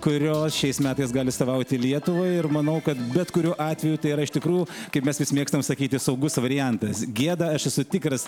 kurio šiais metais gali atstovauti lietuvai ir manau kad bet kuriuo atveju tai yra iš tikrųjų kaip mes vis mėgstam sakyti saugus variantas gėda aš esu tikras